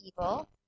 evil